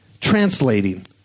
translating